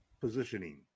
positioning